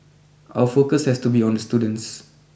our focus has to be on the students